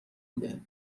بوده